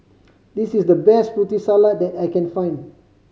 this is the best Putri Salad that I can find